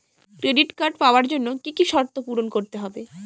Credit card পাওয়ার জন্য কি কি শর্ত পূরণ করতে হবে?